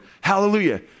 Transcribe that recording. Hallelujah